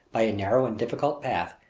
by a narrow and difficult path,